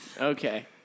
Okay